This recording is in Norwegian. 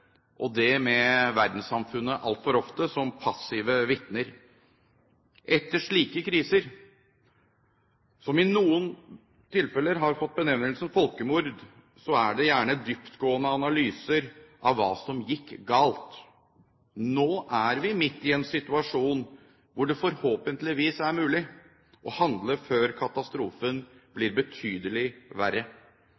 og det med verdenssamfunnet altfor ofte som passive vitner. Etter slike kriser, som i noen tilfeller har fått benevnelsen folkemord, gjøres det gjerne dyptgående analyser av hva som gikk galt. Nå er vi midt i en situasjon hvor det forhåpentligvis er mulig å handle før katastrofen